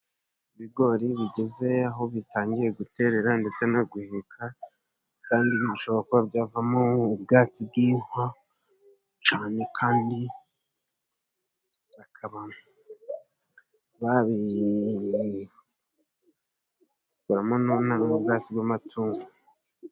Ibigori bigeze aho bitangiye guterera ndetse no guheka, kandi bishobora kuba byavamo ubwatsi bw'inka cyane, kandi babikuramo n'ubwatsi bw'amatungo.